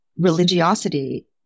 religiosity